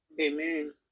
Amen